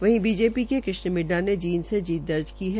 वहीं बीजेपी के कृष्ण मिड़डा ने जींद से जीत दर्ज की है